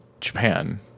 Japan